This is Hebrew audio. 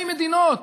שתי מדינות,